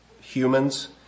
humans